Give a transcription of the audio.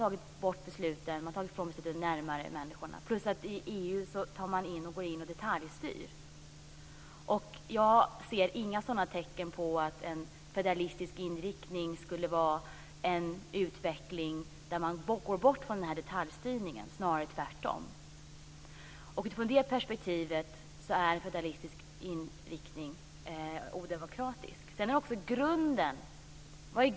Då fattas inte besluten så nära människorna som möjligt. I EU går man dessutom in och detaljstyr. Jag ser inga tecken på att en federalistisk inriktning skulle vara en utveckling där man går bort från den här detaljstyrningen, snarare tvärtom. Utifrån det perspektivet är en federalistisk inriktning odemokratisk. Vad är grunden för EU?